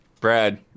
Brad